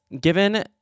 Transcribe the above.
given